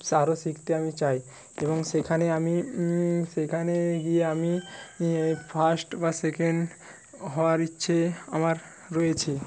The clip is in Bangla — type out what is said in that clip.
সে আরও শিখতে আমি চাই এবং সেখানে আমি সেইখানে গিয়ে আমি ফার্স্ট বা সেকেন্ড হওয়ার ইচ্ছে আমার রয়েছে